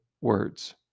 words